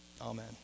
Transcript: Amen